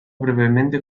brevemente